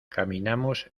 caminamos